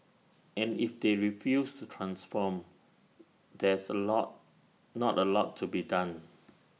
and if they refuse to transform there's A lot not A lot to be done